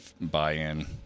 buy-in